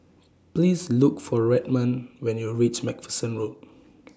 Please Look For Redmond when YOU REACH MacPherson Road